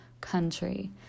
country